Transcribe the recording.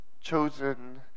chosen